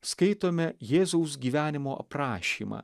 skaitome jėzaus gyvenimo aprašymą